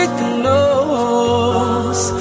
close